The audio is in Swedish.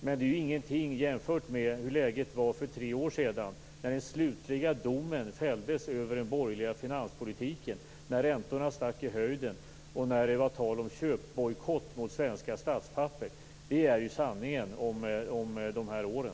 Detta är dock ingenting jämfört med hur läget var för tre år sedan, när den slutliga domen fälldes över den borgerliga finanspolitiken, när räntorna stack i höjden och när det var tal om köpbojkott mot svenska statspapper. Det är sanningen om de här åren.